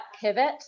pivot